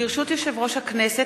ברשות יושב-ראש הכנסת,